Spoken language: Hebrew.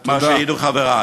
תודה.